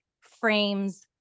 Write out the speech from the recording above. frames